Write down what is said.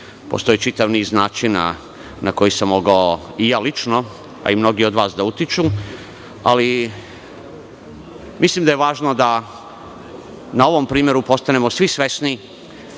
Postoji čitav niz načina na koji sam mogao i ja lično, a i mnogi od vas da utiču, ali mislim da je važno da na ovom primeru postanemo svi svesni.